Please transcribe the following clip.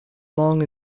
long